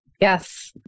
yes